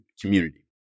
community